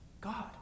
God